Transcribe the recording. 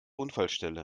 unfallstelle